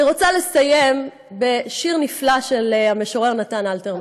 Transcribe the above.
אני רוצה לסיים בשיר נפלא של המשורר נתן אלתרמן.